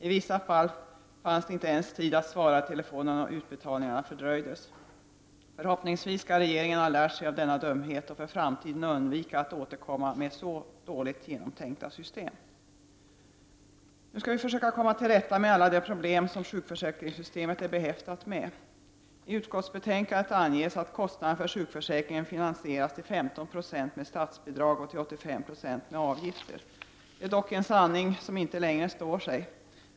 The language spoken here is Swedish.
I vissa fall hade man på försäkringskassorna inte ens tid att svara i telefon, och utbetalningarna fördröjdes. Förhoppningsvis skall regeringen ha lärt sig av denna dumhet och för framtiden undvika att lägga fram förslag om så dåligt genomtänkta system. Nu skall vi försöka komma till rätta med alla de problem som sjukförsäkringssystemet är behäftat med. I utskottsbetänkandet anges att kostnaderna för sjukförsäkringen finansieras till 15 Jo med statsbidrag och till 85 20 med avgifter. Det är dock en sanning som inte längre står sig.